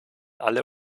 alle